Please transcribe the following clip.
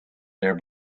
there